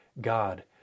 God